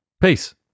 Peace